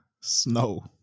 Snow